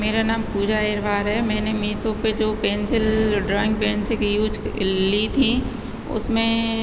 मेरा नाम पूजा अहिरबार है मैंने मीसो पे जो पेंसिल ड्रॉइंग पेंसिल की यूज थी उसमें